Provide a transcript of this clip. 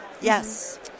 Yes